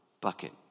bucket